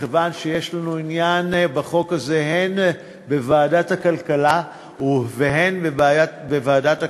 מכיוון שיש לנו עניין בחוק הזה הן בוועדת הכלכלה והן בוועדת הכספים.